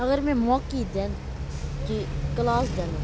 اَگَر مےٚ موقعہٕ یِیہِ دِنہٕ کہِ کلاس دِنُک